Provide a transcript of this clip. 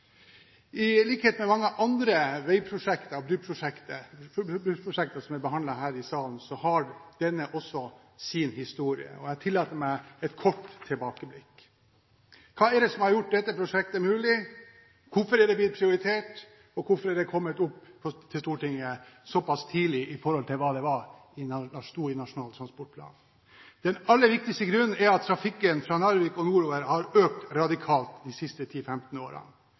I likhet med mange andre veiprosjekter og bruprosjekter som er behandlet her i salen, har denne også sin historie, og jeg tillater meg et kort tilbakeblikk. Hva er det som har gjort dette prosjektet mulig? Hvorfor er det blitt prioritert? Og hvorfor er det kommet til Stortinget så pass tidlig i forhold til hva som sto i Nasjonal transportplan? Den aller viktigste grunnen er at trafikken fra Narvik og nordover har økt radikalt de siste 10–15 årene.